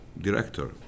director